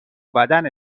بدن